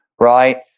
right